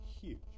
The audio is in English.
Huge